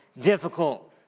Difficult